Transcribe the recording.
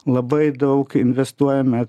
labai daug investuojame